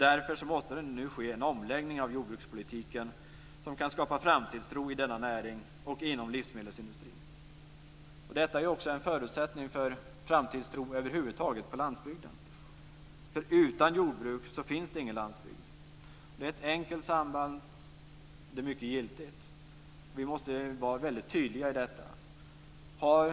Därför måste det nu ske en omläggning av jordbrukspolitiken som kan skapa framtidstro i denna näring och inom livsmedelsindustrin. Detta är också en förutsättning för framtidstro över huvud taget på landsbygden. Utan jordbruk finns det nämligen inte någon landsbygd. Det är ett enkelt samband, och det är mycket giltigt. Vi måste vara mycket tydliga i fråga om detta.